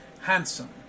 handsome